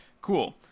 cool